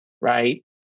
Right